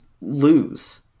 lose